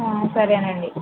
సరేనండి